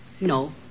No